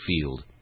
field